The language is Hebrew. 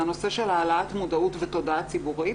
זה הנושא של העלאת מודעות ותודעה ציבורית.